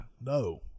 No